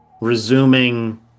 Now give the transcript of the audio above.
resuming